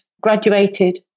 graduated